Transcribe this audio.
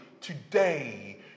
today